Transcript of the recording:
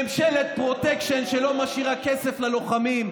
ממשלת פרוטקשן שלא משאירה כסף ללוחמים,